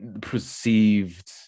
perceived